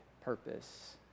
purpose